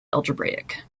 algebraic